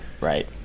right